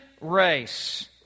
race